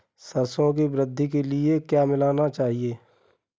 सरसों की वृद्धि के लिए क्या मिलाना चाहिए?